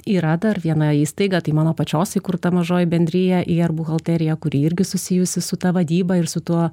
yra dar viena įstaiga tai mano pačios įkurta mažoji bendrija ir buhalterija kuri irgi susijusi su ta vadyba ir su tuo